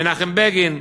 מנחם בגין,